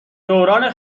دوران